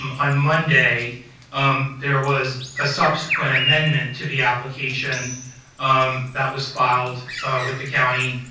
um on monday um there was a subsequent amendment to the application um that was filed with the county.